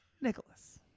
Nicholas